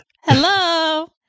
Hello